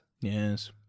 yes